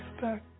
back